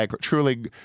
truly